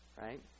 Right